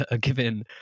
given